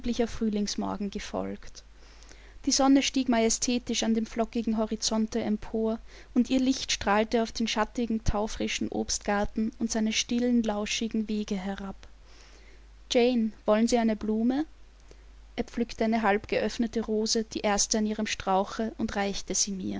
frühlingsmorgen gefolgt die sonne stieg majestätisch an dem flockigen horizonte empor und ihr licht strahlte auf den schattigen thaufrischen obstgarten und seine stillen lauschigen wege herab jane wollen sie eine blume er pflückte eine halbgeöffnete rose die erste an ihrem strauche und reichte sie